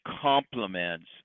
complements